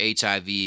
HIV